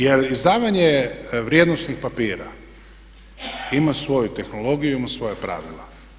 Jer izdavanje vrijednosnih papira ima svoju tehnologiju, ima svoja pravila.